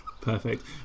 Perfect